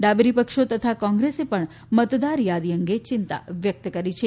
ડાબેરી પક્ષો તથા કોંગ્રેસે પણ મતદાર યાદી અંગે ચિંતા વ્યકત કરી છે